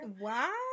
Wow